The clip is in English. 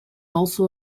also